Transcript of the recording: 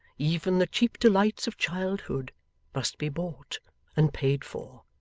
even the cheap delights of childhood must be bought and paid for